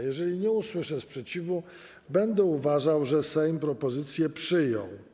Jeżeli nie usłyszę sprzeciwu, będę uważał, że Sejm propozycję przyjął.